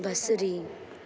बसरी